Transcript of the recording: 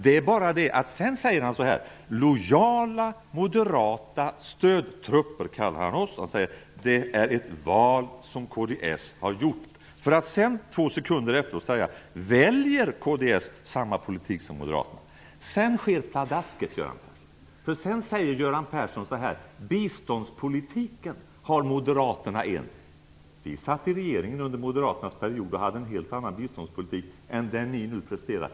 Men därefter kallar han oss för lojala moderata stödtrupper och säger att det är ett val som kds har gjort. Två sekunder senare frågar han: Väljer kds samma politik som Moderaterna? Sedan sker pladasket, då Göran Persson talar om Moderaternas biståndspolitik. Men vi satt i regeringen under Moderaternas period och hade en helt annan biståndspolitik än den ni nu presterar.